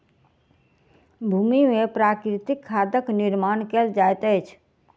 भूमि में प्राकृतिक खादक निर्माण कयल जाइत अछि